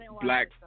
black